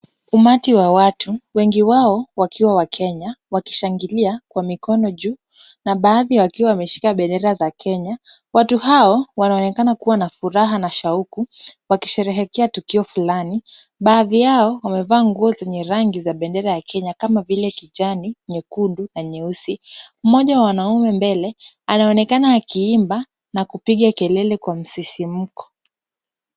Umati wa watu, wengi wao wakiwa wakenya, wakishangilia kwa mikono juu na baadhi wakiwa wameshika bendera za Kenya. Watu hao, wanaonekana kuwa na furaha na shauku, wakisherehekea tukio fulani, baadhi yao, wamevaa nguo zenye rangi za bendera ya Kenya kama vile, kijani, nyekundu na nyeusi. Mmoja wa wanaume mbele anaonekana akiimba na kupiga kelele kwa msisimko.